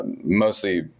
mostly